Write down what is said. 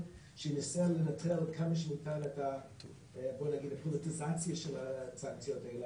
שינסה לייתר כמה שיותר את המוטיבציה של הסנקציות האלה,